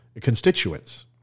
Constituents